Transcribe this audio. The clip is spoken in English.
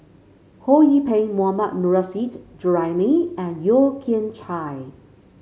Ho Yee Ping Mohammad Nurrasyid Juraimi and Yeo Kian Chai